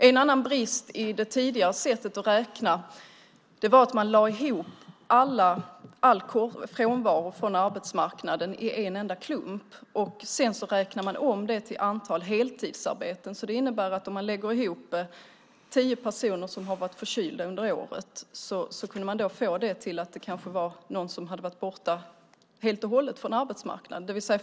En annan brist i det tidigare sättet att räkna var att man lade ihop all frånvaro från arbetsmarknaden i en enda klump och räknade om det till ett antal heltidsarbeten. Det innebär att om man lägger ihop tio personer som har varit förkylda under året får man det till att det kanske var någon som hade varit borta helt och hållet från arbetsmarknaden.